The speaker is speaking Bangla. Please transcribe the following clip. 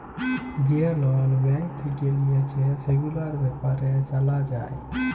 যে লল ব্যাঙ্ক থেক্যে লিয়েছে, সেগুলার ব্যাপারে জালা যায়